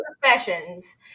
professions